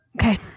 Okay